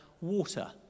water